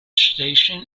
station